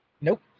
Nope